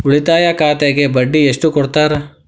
ಉಳಿತಾಯ ಖಾತೆಗೆ ಬಡ್ಡಿ ಎಷ್ಟು ಕೊಡ್ತಾರ?